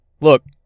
Look